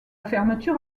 fermeture